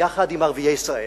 יחד עם ערביי ישראל.